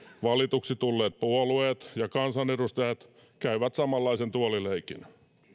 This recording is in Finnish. valituiksi tulleet puolueet ja kansanedustajat käyvät samanlaisen tuolileikin